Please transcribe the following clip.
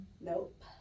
Nope